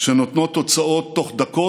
שנותנות תוצאות תוך דקות.